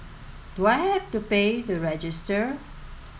do I have to pay to register